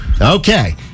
Okay